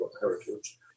heritage